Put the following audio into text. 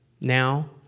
Now